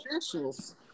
specials